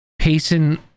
Payson